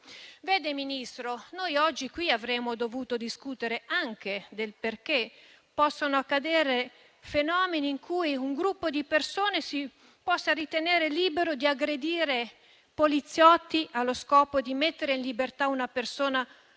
in questa sede oggi avremmo dovuto discutere anche del perché possono accadere fenomeni in cui un gruppo di persone si possa ritenere libero di aggredire poliziotti, allo scopo di mettere in libertà una persona